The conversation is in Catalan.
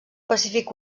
pacífic